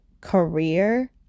career